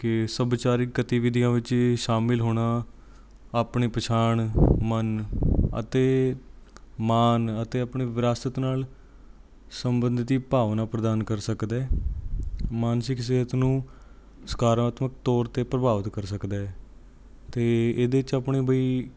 ਕਿ ਸੱਭਿਆਚਾਰਿਕ ਗਤੀਵਿਧੀਆਂ ਵਿੱਚ ਇਹ ਸ਼ਾਮਿਲ ਹੋਣਾ ਆਪਣੀ ਪਛਾਣ ਮਨ ਅਤੇ ਮਾਣ ਅਤੇ ਆਪਣੀ ਵਿਰਾਸਤ ਨਾਲ ਸੰਬੰਧਿਤ ਹੀ ਭਾਵਨਾ ਪ੍ਰਦਾਨ ਕਰ ਸਕਦਾ ਮਾਨਸਿਕ ਸਿਹਤ ਨੂੰ ਸਕਾਰਾਤਮਕ ਤੌਰ 'ਤੇ ਪ੍ਰਭਾਵਿਤ ਕਰ ਸਕਦਾ ਹੈ ਅਤੇ ਇਹਦੇ 'ਚ ਆਪਣੇ ਬਈ